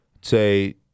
Say